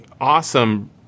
awesome